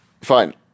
fine